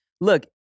look